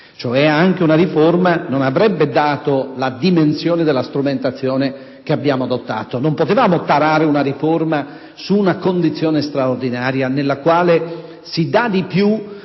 anche una riforma non avrebbe dato la dimensione della strumentazione che abbiamo adottato. Non potevamo tarare una riforma su una condizione straordinaria, nella quale si dà di più